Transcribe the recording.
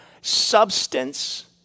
substance